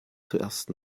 zuerst